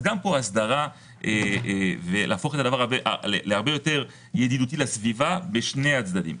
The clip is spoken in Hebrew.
אז גם פה הסדרה ולהפוך את זה להרבה יותר ידידותי לסביבה בשני הצדדים.